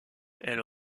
elle